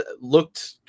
looked